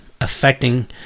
affecting